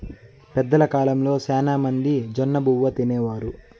పెద్దల కాలంలో శ్యానా మంది జొన్నబువ్వ తినేవారు